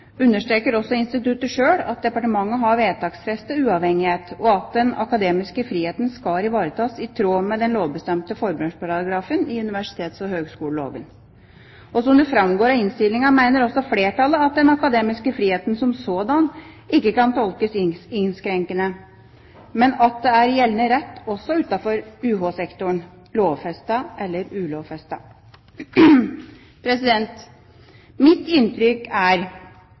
understreker også instituttet sjøl at departementet har vedtaksfestet uavhengighet, og at den akademiske friheten skal ivaretas i tråd med den lovbestemte formålsparagrafen i universitets- og høyskoleloven. Som det framgår av innstillinga, mener også flertallet at den akademiske friheten som sådan ikke kan tolkes innskrenkende, men at det er gjeldende rett også utenfor UH-sektoren, lovfestet eller ulovfestet. Mitt inntrykk er,